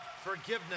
Forgiveness